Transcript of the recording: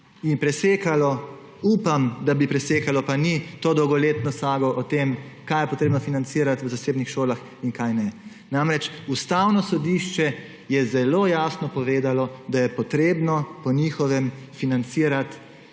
In presekalo, upam, da bi presekalo, pa ni, to dolgoletno sago o tem, kaj je potrebno financirati v zasebnih šolah in kaj ne. Namreč, Ustavno sodišče je zelo jasno povedalo, da je potrebno po njihovem financirati